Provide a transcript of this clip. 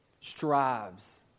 strives